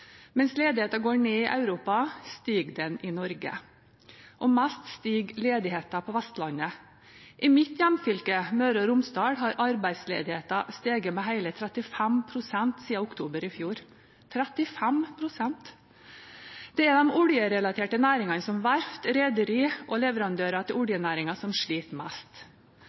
Mens ledigheten går ned i Europa, stiger den i Norge. Mest stiger ledigheten på Vestlandet. I mitt hjemfylke, Møre og Romsdal, har arbeidsledigheten steget med hele 35 pst. siden oktober i fjor – 35 pst.! Det er de oljerelaterte næringene som verft, rederi og leverandører til oljenæringen som sliter mest.